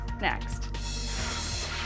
Next